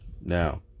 Now